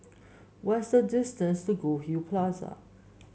what's the distance to Goldhill Plaza